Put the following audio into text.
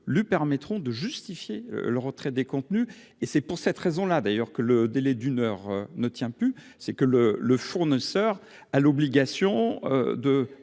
lui permettront de justifier le retrait des contenus et c'est pour cette raison là d'ailleurs que le délai d'une heure ne tient plus, c'est que le le fournisseur a l'obligation de